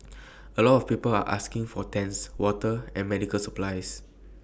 A lot of people are asking for tents water and medical supplies